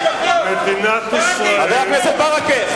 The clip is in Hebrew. מדינת ישראל, חבר הכנסת ברכה.